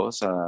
sa